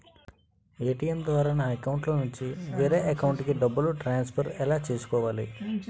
ATM ద్వారా నా అకౌంట్లోనుంచి వేరే అకౌంట్ కి డబ్బులు ట్రాన్సఫర్ ఎలా చేసుకోవాలి?